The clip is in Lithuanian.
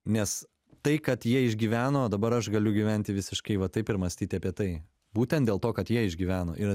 nes tai kad jie išgyveno dabar aš galiu gyventi visiškai va taip ir mąstyti apie tai būtent dėl to kad jie išgyveno ir